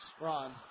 ron